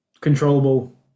controllable